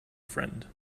friend